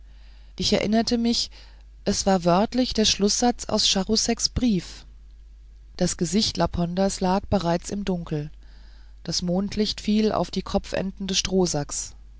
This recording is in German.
ich erinnerte mich es war wörtlich der schlußsatz aus charouseks brief das gesicht laponders lag bereits im dunkel das mondlicht fiel auf die kopfenden des strohsacks